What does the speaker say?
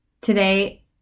Today